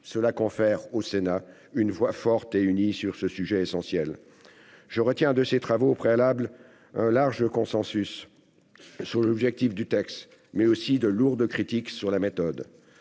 Cela confère au Sénat une voix forte et unique sur ce sujet essentiel. Je retiens de ces travaux préalables l'existence d'un large consensus autour de l'objectif du texte, mais aussi de lourdes critiques portant sur la méthode.